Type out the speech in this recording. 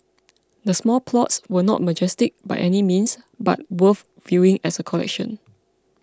the small plots were not majestic by any means but worth viewing as a collection